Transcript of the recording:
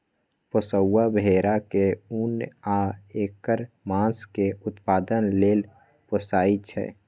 पोशौआ भेड़ा के उन आ ऐकर मास के उत्पादन लेल पोशइ छइ